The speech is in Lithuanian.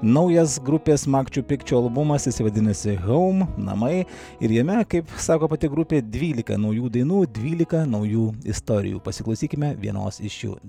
naujas grupės makčiu pikčiu albumas jisai vadinasi houm namai ir jame kaip sako pati grupė dvylika naujų dainų dvylika naujų istorijų pasiklausykime vienos iš jų